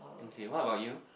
okay what about you